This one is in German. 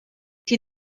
die